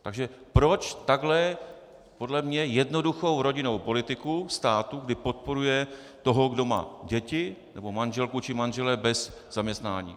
Takže proč takhle podle mě jednoduchou rodinnou politiku státu, kdy podporuje toho, kdo má děti nebo manželku či manžela bez zaměstnání.